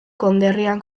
konderrian